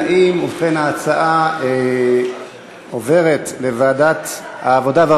להצעה לסדר-היום ולהעביר את הנושא לוועדת העבודה,